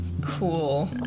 Cool